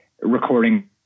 recording